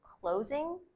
closing